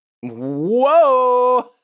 Whoa